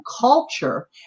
culture